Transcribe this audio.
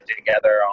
together